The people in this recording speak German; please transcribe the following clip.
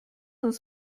uns